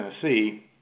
Tennessee